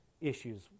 issues